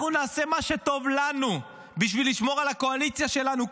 אנחנו נעשה מה שטוב לנו בשביל לשמור על הקואליציה שלנו.